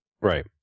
right